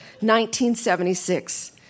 1976